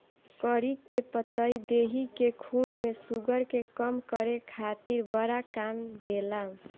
करी के पतइ देहि के खून में शुगर के कम करे खातिर बड़ा काम देला